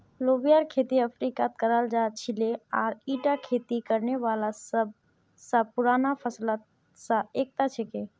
लोबियार खेती अफ्रीकात कराल जा छिले आर ईटा खेती करने वाला सब स पुराना फसलत स एकता छिके